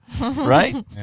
right